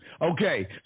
Okay